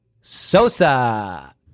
sosa